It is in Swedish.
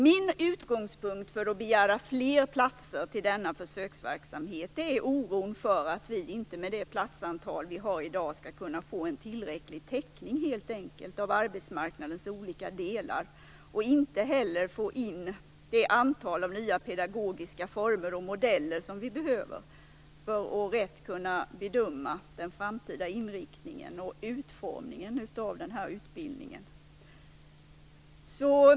Min utgångspunkt för att begära fler platser till denna försöksverksamhet är oron för att vi med det platsantal vi har i dag helt enkelt inte skall kunna få en tillräcklig täckning av arbetsmarknadens olika delar. Jag är också orolig för att vi inte skall kunna få in de nya pedagogiska former och modeller vi behöver för att rätt kunna bedöma den framtida inriktningen och utformningen av den här utbildningen.